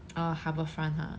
orh harbourfront ha